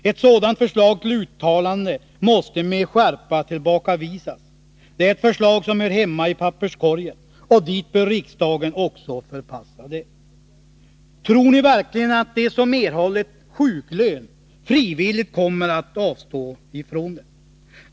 Ett sådant förslag till uttalande måste med skärpa tillbakavisas. Det är ett förslag som hör hemma i papperskorgen, och dit bör riksdagen också förpassa det. Tror ni verkligen att de som erhållit sjuklön kommer att frivilligt avstå från den?